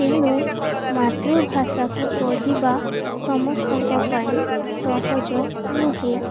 ତେଣୁ ମାତୃଭାଷାକୁ ପଢ଼ିବା ସମସ୍ତଙ୍କ ପାଇଁ ସହଜ ନୁହେଁ